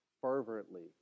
fervently